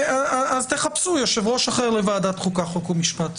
תחפשו יושב-ראש אחר לוועדת החוקה, חוק ומשפט.